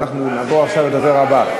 אבל אנחנו נעבור עכשיו לדובר הבא.